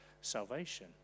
salvation